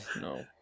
No